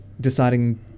deciding